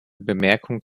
bemerkung